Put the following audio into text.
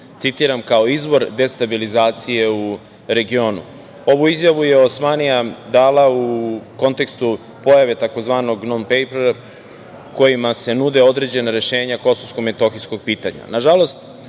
citiram – kao izvor destabilizacije u regionu. Ovu izjavu je Osmanija dala u kontekstu pojave tzv. „non pejpera“, kojima se nude određena rešenja kosovsko-metohijskog